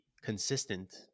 consistent